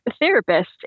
therapist